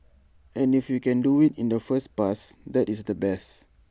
and if you can do IT in the first pass that is the best